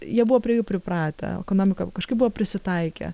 jie buvo prie jų pripratę ekonomika kažkaip buvo prisitaikę